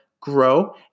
grow